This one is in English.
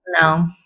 No